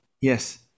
Yes